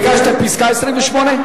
ביקשת פסקה 28?